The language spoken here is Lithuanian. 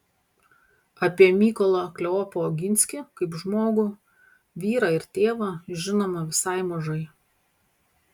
apie mykolą kleopą oginskį kaip žmogų vyrą ir tėvą žinoma visai mažai